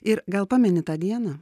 ir gal pameni tą dieną